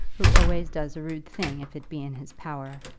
who always does a rude thing if it be in his power.